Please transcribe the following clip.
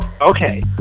Okay